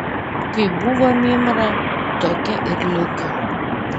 kaip buvo mymra tokia ir liko